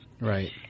right